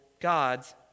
God's